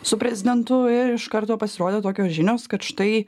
su prezidentu ir iš karto pasirodė tokios žinios kad štai